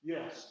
Yes